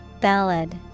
Ballad